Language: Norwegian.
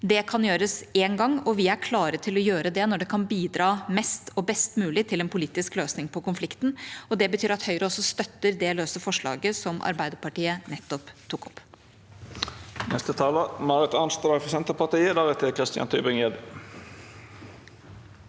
Det kan gjøres en gang, og vi er klare til å gjøre det når det kan bidra mest og best mulig til en politisk løsning på konflikten. Det betyr at Høyre også støtter det løse forslaget som Arbeiderpartiet nettopp tok opp.